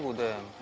the